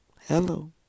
Hello